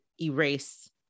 erase